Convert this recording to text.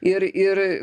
ir ir